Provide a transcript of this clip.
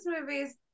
movies